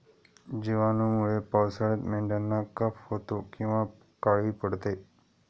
जिवाणूंमुळे पावसाळ्यात मेंढ्यांना कफ होतो किंवा काळी पडते